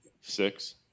six